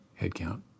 headcount